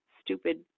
stupid